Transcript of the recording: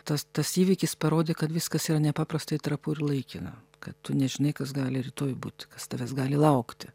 tas tas įvykis parodė kad viskas yra nepaprastai trapu ir laikina kad tu nežinai kas gali rytoj būt kas tavęs gali laukti